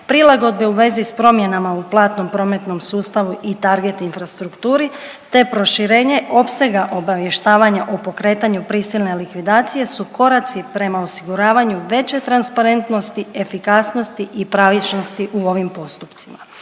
prilagodbe u vezi s promjena u platnom prometnom sustavu i target infrastrukturi te proširenje opsega obavještavanja o pokretanju prisilne likvidacije su koraci prema osiguravanju veće transparentnosti, efikasnosti i pravičnosti u ovim postupcima.